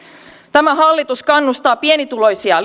tämä hallitus kannustaa pienituloisia